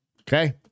okay